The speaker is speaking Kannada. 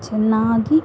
ಚೆನ್ನಾಗಿ